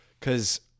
cause